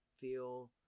feel